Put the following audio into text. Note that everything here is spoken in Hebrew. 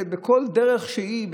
בכל דרך שהיא,